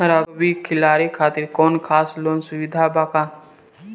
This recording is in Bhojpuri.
रग्बी खिलाड़ी खातिर कौनो खास लोन सुविधा बा का?